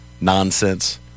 nonsense